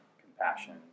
compassion